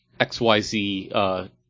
XYZ